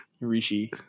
Rishi